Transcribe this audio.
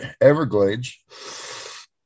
Everglades